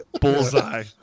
Bullseye